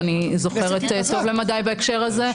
ואני זוכרת טוב למדי בהקשר הזה,